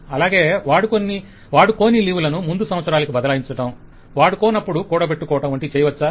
అలాగే వాడుకోని లీవ్ లను ముందు సంవత్సరానికి బదలాయించటం వాడుకోనప్పుడు కూడబెట్టుకోవడం వంటివి చేయవచ్చా